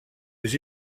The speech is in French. les